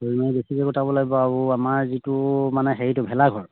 বেছিকে গটাব লাগিব আৰু আমাৰ যিটো মানে হেৰিটো ভেলাঘৰ